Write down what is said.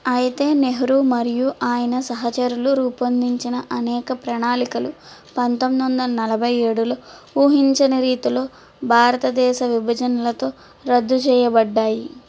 అయితే నెహ్రూ మరియు ఆయన సహచరులు రూపొందించిన అనేక ప్రణాళికలు పంతొమిదివందల నలభైయేడు ఊహించని రీతిలో భారతదేశ విభజనలతో రద్దు చేయబడ్డాయి